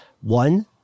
One